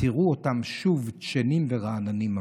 תראו אותם שוב דשנים ורעננים.